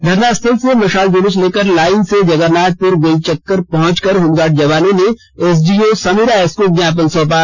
धरना स्थल से मशाल जूलूस लेकर लाइन से जगरनाथपुर गोल चक्कर पहच कर होमगार्ड जवानों ने एसडीओ समीरा एस को ज्ञापन सौंपा